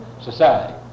society